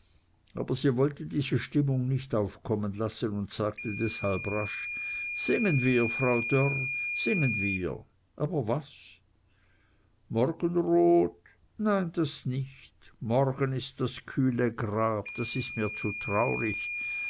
aber sie wollte diese stimmung nicht aufkommen lassen und sagte deshalb rasch singen wir frau dörr singen wir aber was morgenrot nein das nicht morgen in das kühle grab das ist mir zu traurig